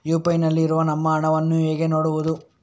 UPI ನಲ್ಲಿ ಇರುವ ನಮ್ಮ ಹಣವನ್ನು ಹೇಗೆ ನೋಡುವುದು?